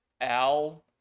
Al